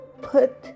Put